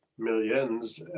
millions